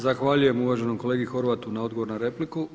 Zahvaljujem uvaženoj kolegi Horvatu na odgovor na repliku.